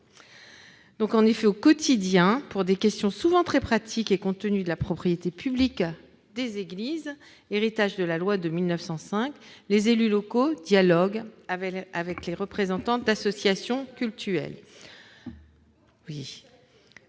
une réalité : au quotidien, pour des raisons souvent très pratiques, et compte tenu de la propriété publique des églises, qui est un héritage de la loi de 1905, les élus locaux dialoguent avec les représentants d'associations cultuelles.